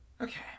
Okay